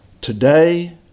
Today